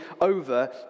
over